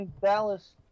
Dallas